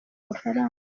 mafaranga